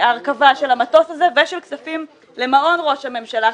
ההרכבה של המטוס הזה ושל כספים למעון ראש הממשלה,